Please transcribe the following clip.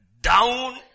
Down